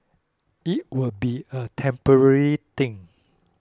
it will be a temporary thing